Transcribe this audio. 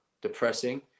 depressing